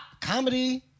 Comedy